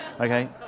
Okay